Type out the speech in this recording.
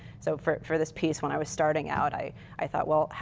so for for this piece, when i was starting out, i i thought, well,